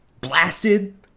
blasted